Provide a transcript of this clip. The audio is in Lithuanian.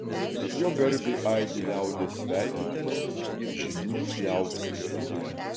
jo garbei aidi liaudies sveikinimai žynių liaupsės